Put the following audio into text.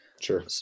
Sure